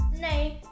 name